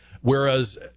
Whereas